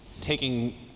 taking